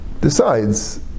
decides